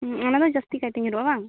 ᱚᱱᱟᱫᱚ ᱡᱟᱹᱥᱛᱤ ᱠᱟᱭᱛᱮ ᱧᱮᱞᱚᱜᱼᱟ ᱵᱟᱝ